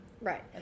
right